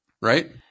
Right